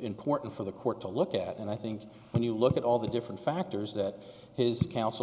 important for the court to look at and i think when you look at all the different factors that his counsel